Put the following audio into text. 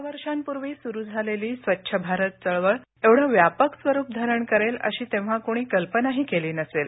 चार वर्षापूर्वी सुरू झालेली स्वच्छ भारत चळवळ विढं व्यापक स्वरूप धारण करेल अशी तेव्हा कुणी कल्पनाही केली नसेल